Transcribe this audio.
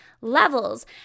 levels